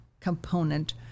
component